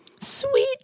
Sweet